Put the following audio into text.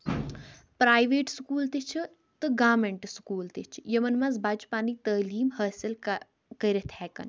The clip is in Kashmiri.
پرٛایویٹ سکوٗل تہِ چھِ تہٕ گورمٮ۪نٛٹ سکوٗل تہِ چھِ یِمَن منٛز بَچہِٕ پَنٕنۍ تٲلیٖم حٲصِل کٔرِتھ ہٮ۪کَن